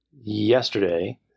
yesterday